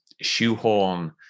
shoehorn